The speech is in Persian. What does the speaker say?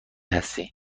هستی